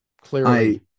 Clearly